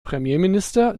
premierminister